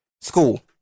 School